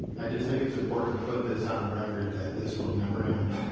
i just think it's important to put this on the record that this will never end.